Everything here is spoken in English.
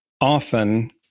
often